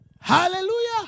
Hallelujah